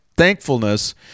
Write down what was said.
Thankfulness